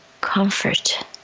comfort